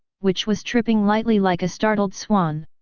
which was tripping lightly like a startled swan.